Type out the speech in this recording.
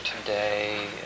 today